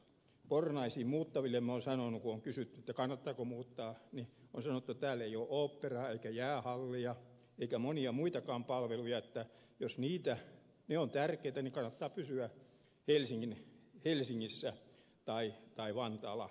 pornaisiin muuttaville minä olen sanonut kun on kysytty kannattaako muuttaa että täällä ei ole oopperaa eikä jäähallia eikä monia muitakaan palveluja että jos ne ovat tärkeitä niin kannattaa pysyä helsingissä tai vantaalla ja niin edelleen